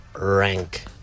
rank